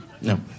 No